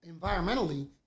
environmentally